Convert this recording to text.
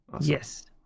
Yes